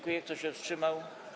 Kto się wstrzymał?